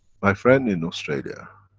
my friend in australia